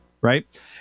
Right